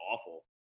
awful